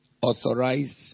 authorized